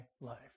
life